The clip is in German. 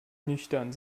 nüchtern